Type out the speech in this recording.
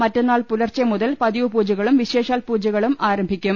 മറ്റന്നാൾ പുലർച്ചെ മുതൽ പതിവുപൂജകളും വിശേഷാൽ പൂജകളും ആരംഭിക്കും